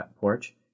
porch